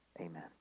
Amen